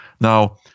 now